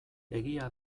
egia